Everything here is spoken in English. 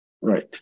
right